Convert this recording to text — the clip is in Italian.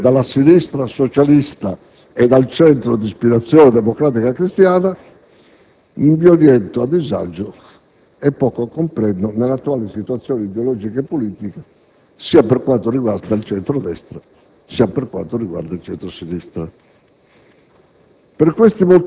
tutte aborrite dalla sinistra socialista e dal centro d'ispirazione democratica cristiana, mi oriento a disagio e poco comprendo nell'attuale situazione ideologica e politica sia per quanto riguarda il centro-destra sia per quanto riguarda il centro-sinistra.